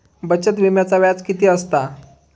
बचत विम्याचा व्याज किती असता?